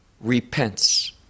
repents